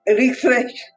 refresh